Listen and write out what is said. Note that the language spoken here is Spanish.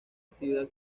actividad